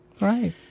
right